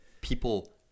people